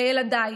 לילדיי,